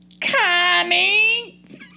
Connie